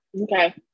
Okay